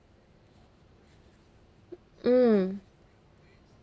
mm